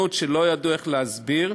פרשנות שלא ידעו איך להסביר,